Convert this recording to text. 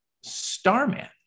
Starman